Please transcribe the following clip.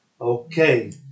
okay